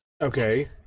Okay